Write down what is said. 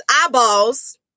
eyeballs